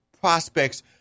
prospects